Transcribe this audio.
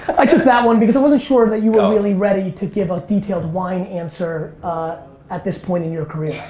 i took that one, because i wasn't sure that you were really ready to give a detailed wine answer at this point in your career.